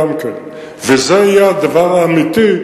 וזה יהיה הדבר האמיתי,